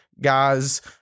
guys